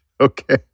Okay